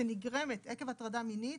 שנגרמת עקב הטרדה מינית,